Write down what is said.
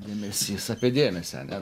dėmesys apie dėmesį ane